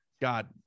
God